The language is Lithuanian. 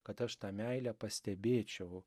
kad aš tą meilę pastebėčiau